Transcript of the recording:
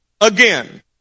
again